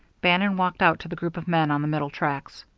bannon walked out to the group of men on the middle tracks.